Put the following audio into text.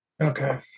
okay